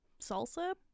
salsa